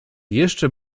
jeszcze